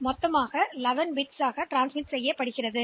எனவே 1start bit 2 stop bits மற்றும் 8 data bits